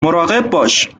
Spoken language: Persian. باش